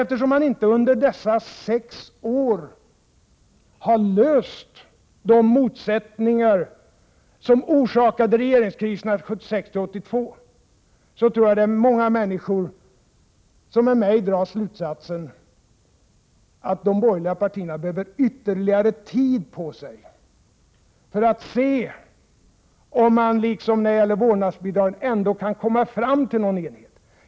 Eftersom man inte under dessa sex år har löst de motsättningar som orsakade regeringskriserna 1976—1982, tror jag att många människor med mig drar slutsatsen att de borgerliga partierna behöver ytterligare tid på sig för att se om de, liksom när det gäller vårdnadsbidraget, ändå kan komma fram till någon enighet.